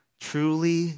Truly